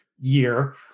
year